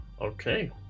Okay